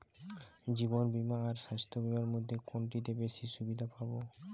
জীবন বীমা আর স্বাস্থ্য বীমার মধ্যে কোনটিতে বেশী সুবিধে পাব?